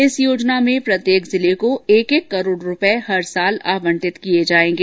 इस योजना में प्रत्येक जिले को एक एक करोड़ रूपये हर साल आवंटित किए जाएंगे